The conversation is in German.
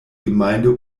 gemeinde